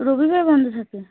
রবিবার বন্ধ থাকে